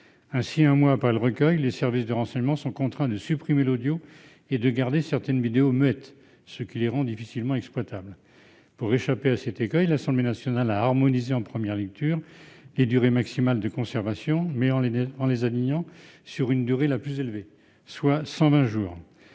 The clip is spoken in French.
Ainsi, un mois après le recueil, les services de renseignement sont contraints de supprimer l'audio et de garder certaines vidéos qui sont muettes, ce qui les rend difficilement exploitables. Pour échapper à cet écueil, l'Assemblée nationale a harmonisé, en première lecture, les durées maximales de conservation en les alignant sur la durée la plus élevée, soit cent